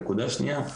הנקודה השנייה,